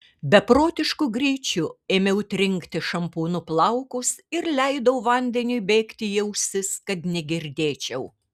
beprotišku greičiu ėmiau trinkti šampūnu plaukus ir leidau vandeniui bėgti į ausis kad negirdėčiau